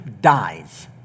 dies